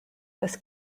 was